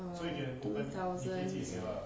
err two thousand